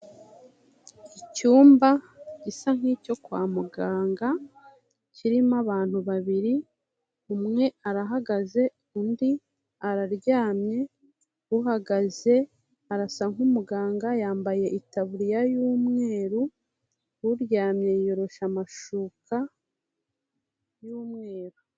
Icyumba gisa nk'icyo kwa muganga, kirimo abantu babiri, umwe arahagaze undi araryamye, uhagaze arasa nk'umuganga yambaye itaburiya y'umweru, uryamye yorosha amashuka y'umweru.